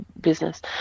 business